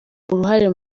uruhare